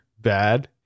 bad